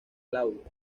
claudia